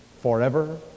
forever